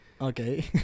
Okay